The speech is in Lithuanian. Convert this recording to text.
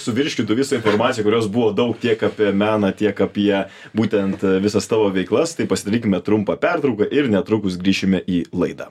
suvirškintų visą informaciją kurios buvo daug tiek apie meną tiek apie būtent visas tavo veiklas tai pasidarykime trumpą pertrauką ir netrukus grįšime į laidą